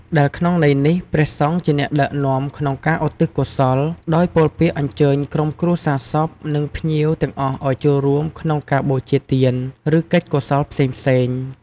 ដែលក្នុងន័យនេះ ព្រះសង្ឃជាអ្នកដឹកនាំក្នុងការឧទ្ទិសកុសល ដោយពោលពាក្យអញ្ជើញក្រុមគ្រួសារសព និងភ្ញៀវទាំងអស់ឲ្យចូលរួមក្នុងការបូជាទាន ឬកិច្ចកុសលផ្សេងៗ។